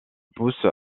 pousse